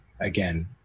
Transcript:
again